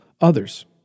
others